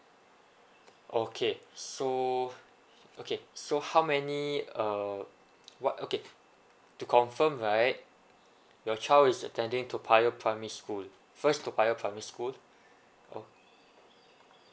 okay so okay so how many err what okay to confirm right your child is attending toa payoh primary school first toa payoh primary school okay